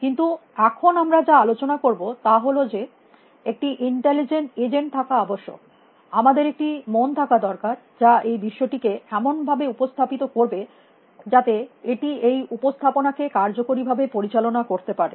কিন্তু এখন আমরা যা আলোচনা করব তা হল যে একটি ইন্টেলিজেন্ট এজেন্ট থাকা আবশ্যক আমাদের একটি মন থাকা দরকার যা এই বিশ্বটিকে এমন ভাবে উপস্থাপিত করবে যাতে এটি এই উপস্থাপনাকে কার্যকরী ভাবে পরিচালনা করতে পারে